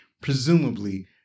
presumably